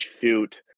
shoot